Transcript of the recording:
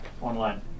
online